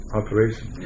operation